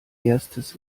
erstes